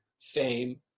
fame